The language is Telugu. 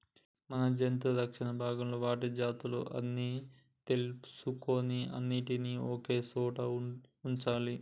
మనం జంతు రక్షణ భాగంలో వాటి జాతులు అన్ని తెలుసుకొని అన్నిటినీ ఒకే సోట వుంచాలి